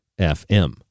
FM